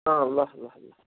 अँ ल ल ल